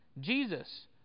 Jesus